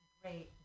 great